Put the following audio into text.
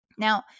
Now